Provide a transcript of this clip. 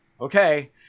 okay